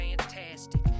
fantastic